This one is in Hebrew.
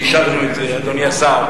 ואישרנו אותה, אדוני השר.